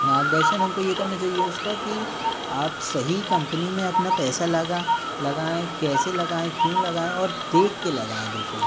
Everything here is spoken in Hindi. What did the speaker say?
मार्गदर्शन हमको ये करना चाहिए उसका कि आप सही कंपनी में अपना पैसा लगा लगाऍं कैसे लगाऍं क्यों लगाऍं और देख के लगाऍं बिल्कुल